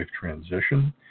transition